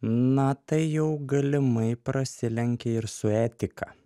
na tai jau galimai prasilenkia ir su etika